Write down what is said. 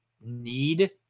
need